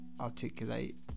articulate